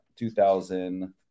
2000